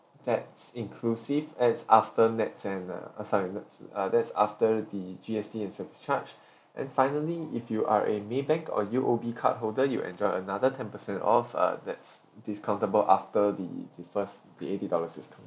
that's inclusive that's after NETS and uh I'm sorry NETS that's after the G_S_T and service charge and finally if you are a maybank or U_O_B card holder you enjoy another ten percent off uh that's discountable after the the first the eighty dollar discount